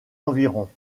environs